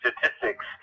statistics